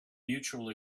mutual